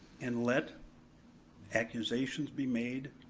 and let accusations be made,